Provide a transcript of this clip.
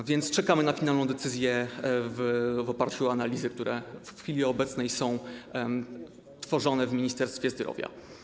A więc czekamy na finalną decyzję w oparciu o analizy, które w chwili obecnej są tworzone w Ministerstwie Zdrowia.